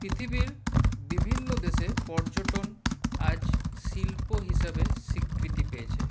পৃথিবীর বিভিন্ন দেশে পর্যটন আজ শিল্প হিসাবে স্বীকৃতি পেয়েছে